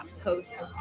post